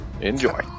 Enjoy